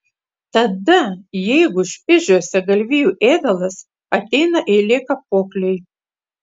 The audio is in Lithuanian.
tada jeigu špižiuose galvijų ėdalas ateina eilė kapoklei